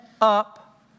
up